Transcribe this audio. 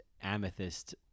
Amethyst